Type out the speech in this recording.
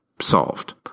solved